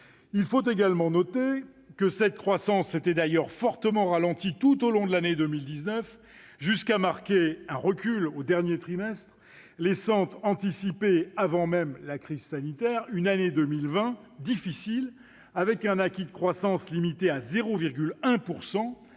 Il faut également noter que cette croissance s'était d'ailleurs fortement ralentie tout au long de l'année 2019, jusqu'à marquer un recul au dernier trimestre, laissant anticiper avant même la crise sanitaire une année 2020 difficile, avec un acquis de croissance limité à 0,1